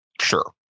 Sure